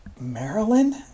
maryland